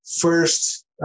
first